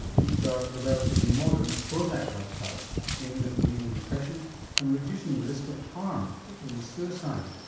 these are the relatively modern prozac-like drugs aimed at relieving depression and reducing the risk of harm, particularly suicide.